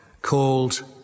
called